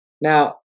Now